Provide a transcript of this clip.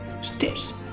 steps